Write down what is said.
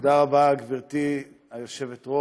תודה רבה, גברתי היושבת-ראש,